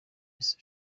ese